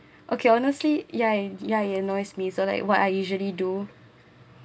okay honestly yeah yeah it annoys me so like what I usually do